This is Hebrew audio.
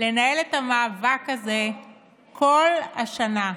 לנהל את המאבק הזה כל השנה.